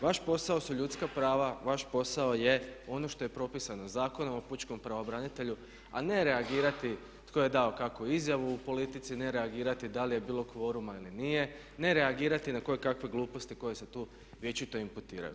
Vaš posao su ljudska prava, vaš posao je ono što je propisano Zakonom o pučkom pravobranitelju a ne reagirati tko je dao kakvu izjavu u politici, ne reagirati da li je bilo kvoruma ili nije, ne reagirati na kojekakve gluposti koje se tu vječito imputiraju.